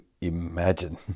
imagine